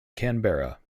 canberra